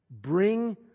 bring